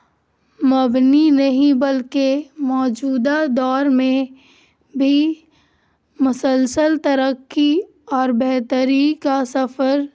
مبنی نہیں بلکہ موجودہ دور میں بھی مسلسل ترقی اور بہتری کا سفر